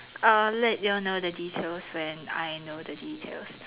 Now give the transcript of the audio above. I'll let you all know the details when I know the details